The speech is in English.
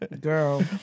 Girl